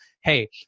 hey